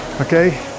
okay